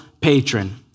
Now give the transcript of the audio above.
patron